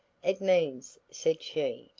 it means, said she,